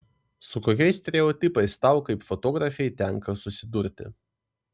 su kokiais stereotipais tau kaip fotografei tenka susidurti